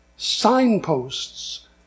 signposts